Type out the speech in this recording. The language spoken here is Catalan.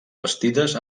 bastides